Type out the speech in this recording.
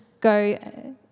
go